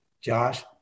Josh